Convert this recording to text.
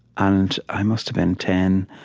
and i must've been ten.